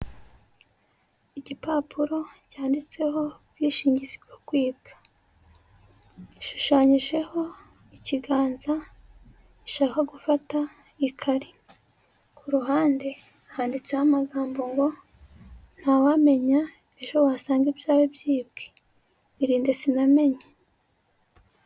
Igipapuro cyanditseho ubwishingizi bwo kwiga, gishushanyijeho ikiganza gishaka gufata ikare, ku ruhande handitseho amagambo ''ngo nta wamenya ejo wasanga ibyawe byibwe irinde sinamenye''.